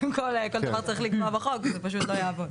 אם כל דבר צריך לקבוע בחוק זה פשוט לא יעבוד.